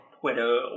Twitter